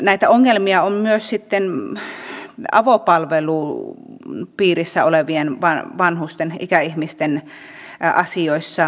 näitä ongelmia on myös sitten avopalvelun piirissä olevien vanhusten ikäihmisten asioissa